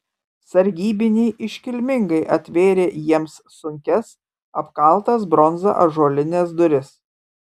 sargybiniai iškilmingai atvėrė jiems sunkias apkaltas bronza ąžuolines duris